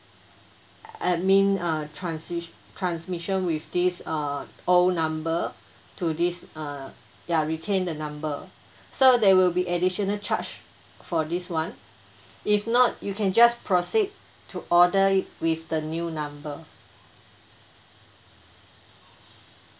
I mean uh transi~ transmission with this uh old number to this uh ya retain the number so there will be additional charge for this one if not you can just proceed to order it with the new number